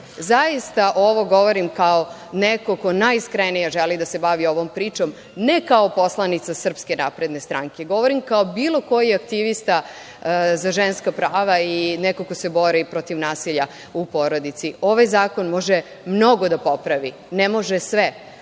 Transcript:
Zaista ovo govorim kao neko ko najiskrenije želi da se bavi ovom pričom, ne kao poslanica SNS, govorim kao bilo koji aktivista za ženska prava i neko ko se bori protiv nasilja u porodici. Ovaj zakon može mnogo da popravi. Ne može sve,